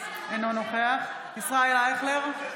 אינו נוכח ישראל אייכלר,